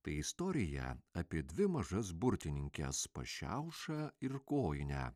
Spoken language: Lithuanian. tai istorija apie dvi mažas burtininkes pašiaušą ir kojinę